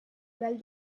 oral